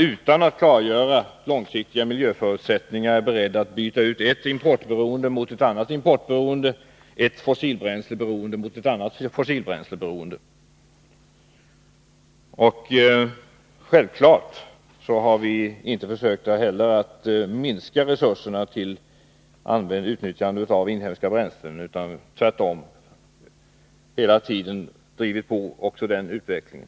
Utan att klargöra de långsiktiga miljöförutsättningarna är man alltså beredd att byta ut ett importberoende mot ett annat och ett fossilbränsleberoende mot ett annat. Självfallet har vi heller inte försökt minska resurserna i fråga om utnyttjandet av inhemska bränslen — tvärtom. Vi har hela tiden varit pådrivande också när det gäller den utvecklingen.